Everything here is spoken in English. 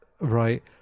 right